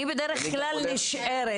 אני בדרך כלל נשארת,